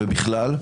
ובכלל,